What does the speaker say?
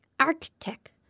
Arctic